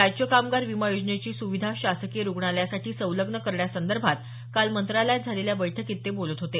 राज्य कामगार विमा योजनेची स्विधा शासकीय रुग्णालयासाठी संलग्न करण्यासंदर्भात काल मंत्रालयात झालेल्या बैठकीत ते बोलत होते